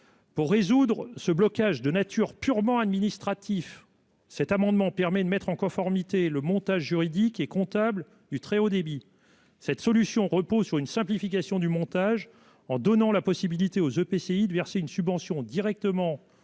Pour résoudre ce blocage de nature purement administratif. Cet amendement permet de mettre en conformité le montage juridique et comptable du très haut débit. Cette solution repose sur une simplification du montage en donnant la possibilité aux EPCI de verser une subvention directement